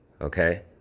okay